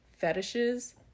fetishes